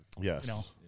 Yes